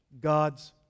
God's